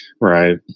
Right